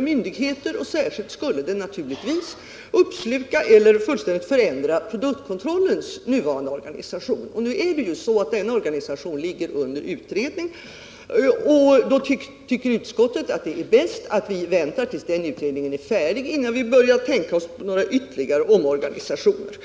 myndigheter. Särskilt skulle den helt förändra produktkontrollens nuvarande organisation. Produktkontrollens organisation är f. n. föremål för utredning, och då anser utskottet att det är bäst att vi väntar till dess att den utredningen är färdig innan vi börjar tänka på ytterligare omorganisationer.